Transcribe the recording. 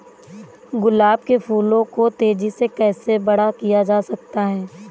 गुलाब के फूलों को तेजी से कैसे बड़ा किया जा सकता है?